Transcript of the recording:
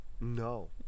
No